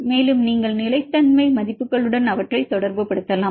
மேலும் நீங்கள் நிலைத்தன்மை மதிப்புகளுடன் அவற்றை தொடர்புபடுத்தலாம்